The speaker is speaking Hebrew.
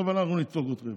עכשיו אנחנו נדפוק אתכם.